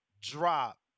drop